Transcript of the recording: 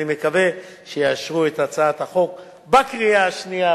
אני מקווה שיאשרו את הצעת החוק בקריאה שנייה,